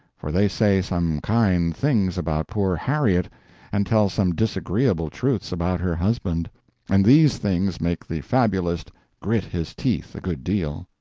for they say some kind things about poor harriet and tell some disagreeable truths about her husband and these things make the fabulist grit his teeth a good deal.